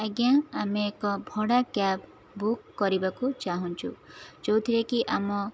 ଆଜ୍ଞା ଆମେ ଏକ ଭଡ଼ା କ୍ୟାବ୍ ବୁକ୍ କରିବାକୁ ଚାହୁଁଛୁ ଯେଉଁଥିରେକି ଆମ